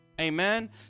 Amen